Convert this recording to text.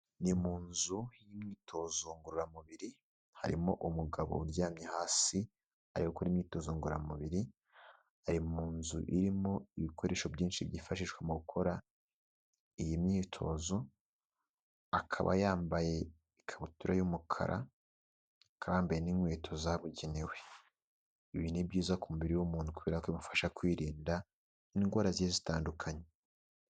Ni mu nzu y'imyitozo ngororamubiri, harimo umugabo uryamye hasi, ari gukora imyitozo ngororamubiri, ari mu nzu irimo ibikoresho byinshi byifashishwa mu gukora iyi myitozo, akaba yambaye ikabutura y'umukara, akaba yambaye n'inkweto zabugenewe, ibi ni byiza ku mubiri w'umuntu kubera ko bimufasha kwirinda indwara zigiye zitandukanye.